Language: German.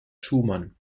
schumann